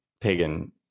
pagan